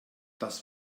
das